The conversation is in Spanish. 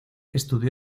estudió